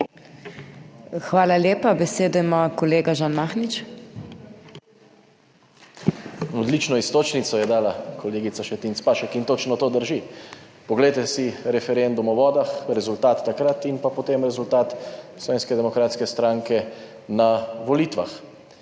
Hvala lepa. Besedo ima kolega Žan Mahnič. **ŽAN MAHNIČ (PS SDS):** Odlično iztočnico je dala kolegica Šetinc Pašek in točno to drži. Poglejte si referendum o vodah, rezultat takrat in pa potem rezultat Slovenske demokratske stranke na volitvah